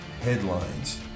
headlines